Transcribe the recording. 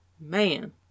Man